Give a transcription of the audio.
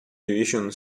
division